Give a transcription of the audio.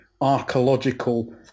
archaeological